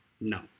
no